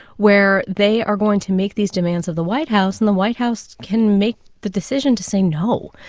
where they are going to make these demands of the white house. and the white house can make the decision to say no.